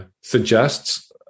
suggests